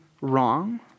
wrong